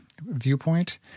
viewpoint